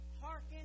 hearken